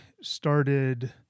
started